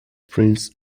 prince